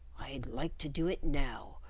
i'd like to do it now,